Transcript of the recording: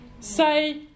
Say